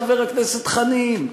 חבר הכנסת חנין,